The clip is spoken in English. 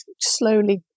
slowly